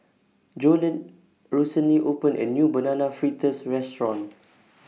Jolene recently opened A New Banana Fritters Restaurant